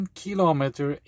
kilometer